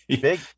Big